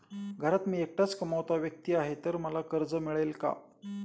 घरात मी एकटाच कमावता व्यक्ती आहे तर मला कर्ज मिळेल का?